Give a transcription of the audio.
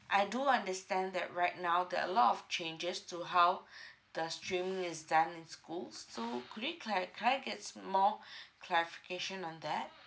I do understand that right now there're a lot of changes to how the streaming is done in schools so could it clari~ can I gets more clarification on that